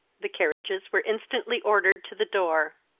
the carriages were instantly order to the door.